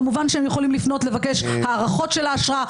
כמובן הם יכולים לפנות לבקש הארכות של האשרה,